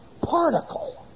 particle